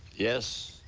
yes.